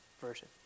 version